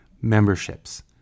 Memberships